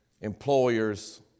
employer's